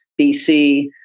BC